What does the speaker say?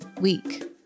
week